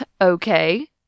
Okay